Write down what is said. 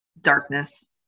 darkness